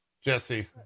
jesse